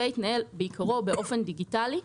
ויתנהל בעיקרו באופן דיגיטלי.